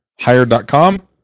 Hired.com